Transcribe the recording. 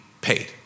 paid